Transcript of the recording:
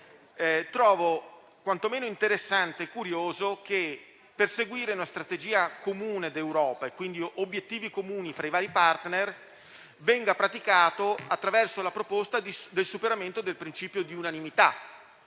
Trovo quantomeno interessante e curioso che il perseguimento di una strategia comune europea e, quindi, obiettivi comuni tra i vari *partner*, venga praticato attraverso la proposta di superamento del principio di unanimità.